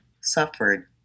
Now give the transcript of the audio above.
suffered